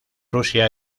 rusia